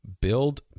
build